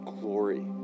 glory